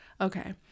okay